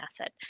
asset